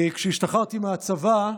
כשהשתחררתי מהצבא,